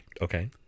Okay